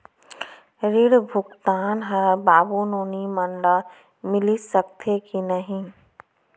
ऋण भुगतान ह बाबू नोनी मन ला मिलिस सकथे की नहीं?